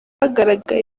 ahagaragaye